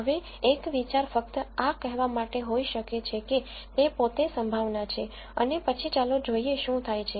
હવે એક વિચાર ફક્ત આ કહેવા માટે હોઈ શકે છે કે તે પોતે સંભાવના છે અને પછી ચાલો જોઈએ શું થાય છે